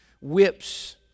whips